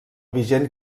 vigent